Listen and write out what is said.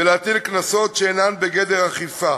ולהטיל קנסות שאינם בגדר אכיפה.